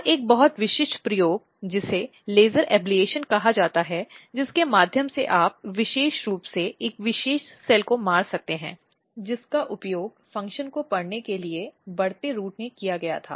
और एक बहुत विशिष्ट प्रयोग जिसे लेज़र एब्लेशन कहा जाता है जिसके माध्यम से आप विशेष रूप से एक विशेष सेल को मार सकते हैं जिसका उपयोग फ़ंक्शन को पढ़ने के लिए बढ़ते रूट में किया गया था